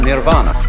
Nirvana